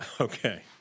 Okay